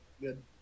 good